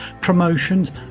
promotions